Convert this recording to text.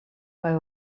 kaj